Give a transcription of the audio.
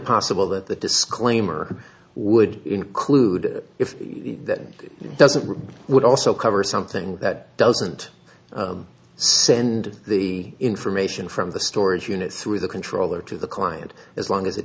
possible that the disclaimer would include if that doesn't work would also cover something that doesn't send the information from the storage unit through the controller to the client as long as